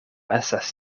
estas